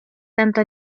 tanto